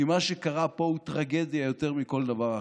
כי מה שקרה פה הוא טרגדיה יותר מכל דבר אחר.